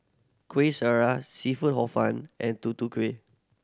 Kueh Syara seafood Hor Fun and Tutu Kueh